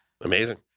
amazing